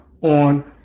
on